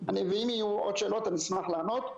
ואם היינו קובעים את מעמדן נכון,